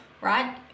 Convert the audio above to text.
right